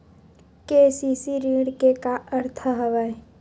KCC ऋण के का अर्थ हवय?